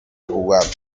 jugar